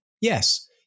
Yes